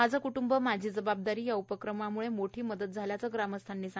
माझे क्ट्ंब माझी जबाबदारी या उपक्रमाम्ळे मोठी मदत झाल्याचे ग्रामस्थांनी सांगितले